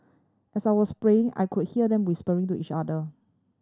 as I was praying I could hear them whispering to each other